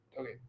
okay